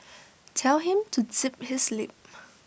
tell him to zip his lip